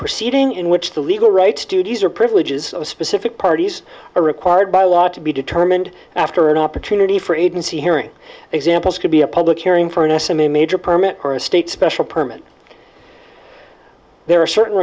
proceeding in which the legal rights duties or privileges of specific parties are required by law to be determined after an opportunity for agency hearing examples could be a public hearing for an s m a major permit or a state special permit there are certain